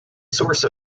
source